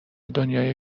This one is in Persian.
دنیای